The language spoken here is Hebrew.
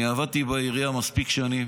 אני עבדתי בעירייה מספיק שנים